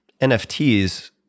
NFTs